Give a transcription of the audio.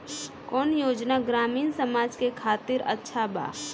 कौन योजना ग्रामीण समाज के खातिर अच्छा बा?